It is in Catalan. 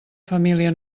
família